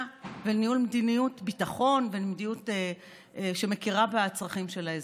וניהול מדיניות ביטחון ומדיניות שמכירה בצרכים של האזרחים?